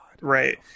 Right